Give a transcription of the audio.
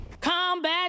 combat